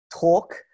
talk